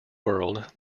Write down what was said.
world